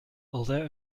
although